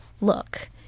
look